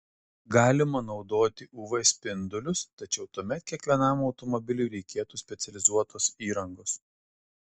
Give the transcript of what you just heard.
galima naudoti uv spindulius tačiau tuomet kiekvienam automobiliui reikėtų specializuotos įrangos